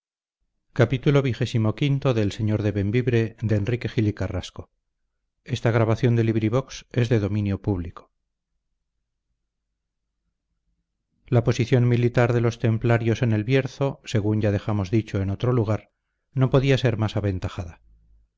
la posición militar de los templarios en el bierzo según ya dejamos dicho en otro lugar no podía ser más aventajada